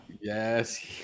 Yes